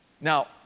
Now